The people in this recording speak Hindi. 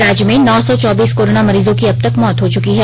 राज्य में नौ सौ चौबीस कोरोना मरीजों की अब तक मौत हो चुकी हैं